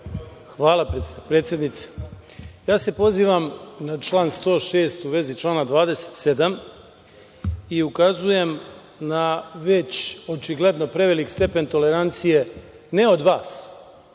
Hvala predsednice. Ja se pozivam na član 106. u vezi člana 27. i ukazujem na već očigledno prevelik stepen tolerancije, ne od vas,